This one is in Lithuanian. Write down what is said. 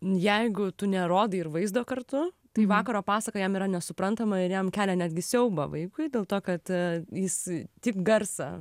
jeigu tu nerodai ir vaizdo kartu tai vakaro pasaka jam yra nesuprantama ir jam kelia netgi siaubą vaikui dėl to kad jis tik garsą